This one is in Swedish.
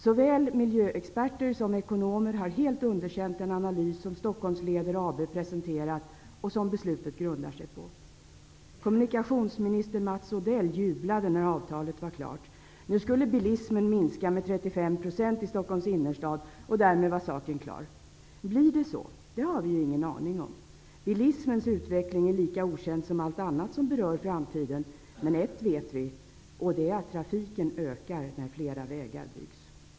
Såväl miljöxperter som ekonomer har helt underkänt den analys som Stockholmsleder AB presenterat och som beslutet grundar sig på. Kommunikationsminister Mats Odell jublade när avtalet var klart. Nu skulle bilismen minska med 35 % i Stockholms innerstad, och därmed var saken klar. Blir det så? Det har vi ju ingen aning om. Bilismens utveckling är lika okänd som allt annat som berör framtiden. Men en sak vet vi, och det är att trafiken ökar när fler vägar byggs.